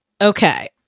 okay